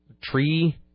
tree